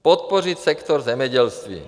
Podpořit sektor zemědělství.